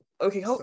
okay